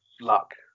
luck